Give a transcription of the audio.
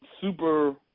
super